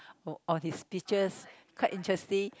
oh on his speeches quite interesting